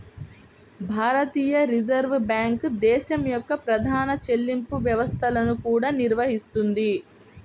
భారతీయ reserve bank దేశం యొక్క ప్రధాన చెల్లింపు వ్యవస్థలను కూడా నిర్వహిస్తుంది